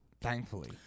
thankfully